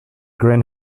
grin